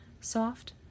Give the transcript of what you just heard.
soft